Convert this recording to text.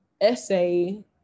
essay